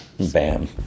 Bam